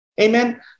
Amen